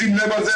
לשים לב לזה,